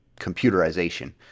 computerization